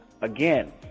Again